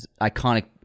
iconic